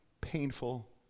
painful